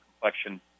complexion